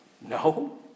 No